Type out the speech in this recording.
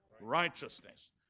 Righteousness